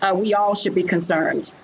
ah we all should be concerned.